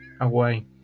away